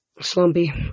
Slumpy